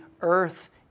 earth